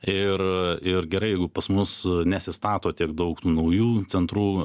ir ir gerai jeigu pas mus nesistato tiek daug naujų centrų